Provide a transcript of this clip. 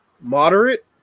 moderate